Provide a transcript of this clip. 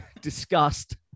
disgust